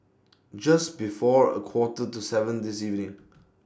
Just before A Quarter to seven This evening